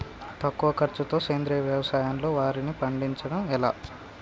తక్కువ ఖర్చుతో సేంద్రీయ వ్యవసాయంలో వారిని పండించడం ఎలా?